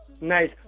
Nice